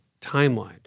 timeline